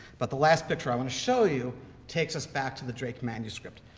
but the last picture i want to show you takes us back to the drake manuscript,